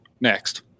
Next